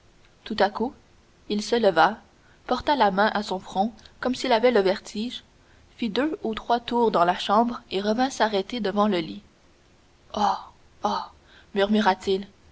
tout à coup il se leva porta la main à son front comme s'il avait le vertige fit deux ou trois tours dans la chambre et revint s'arrêter devant le lit oh oh